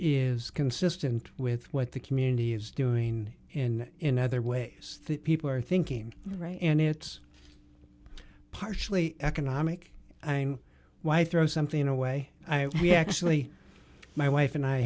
is consistent with what the community is doing in in other ways that people are thinking right and it's partially economic i'm why throw something away we actually my wife and i